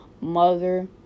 mother